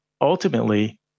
ultimately